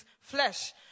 flesh